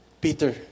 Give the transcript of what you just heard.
Peter